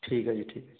ঠিক আছে ঠিক আছে